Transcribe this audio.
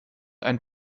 ein